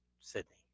sydney